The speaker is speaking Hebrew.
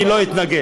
אני לא אתנגד.